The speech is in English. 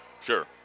Sure